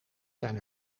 zijn